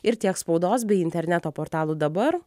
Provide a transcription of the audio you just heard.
ir tiek spaudos bei interneto portalų dabar